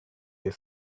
they